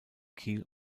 kiel